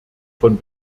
von